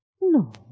No